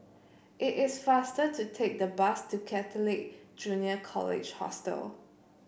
it is faster to take the bus to Catholic Junior College Hostel